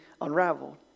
unraveled